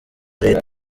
leta